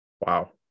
Wow